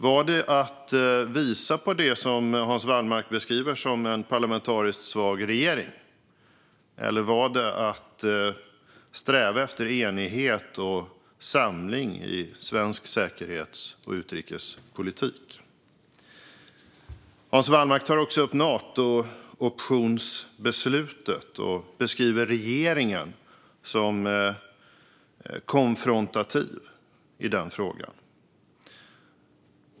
Var det att visa på det som Hans Wallmark beskriver som en parlamentariskt svag regering, eller var det att sträva efter enighet och samling i svensk säkerhets och utrikespolitik? Hans Wallmark tar också upp Natooptionsbeslutet och beskriver regeringen som konfrontativ i den frågan.